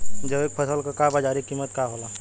जैविक फसल क बाजारी कीमत ज्यादा होला